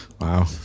wow